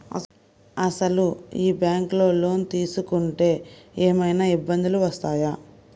అసలు ఈ బ్యాంక్లో లోన్ తీసుకుంటే ఏమయినా ఇబ్బందులు వస్తాయా?